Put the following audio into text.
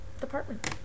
department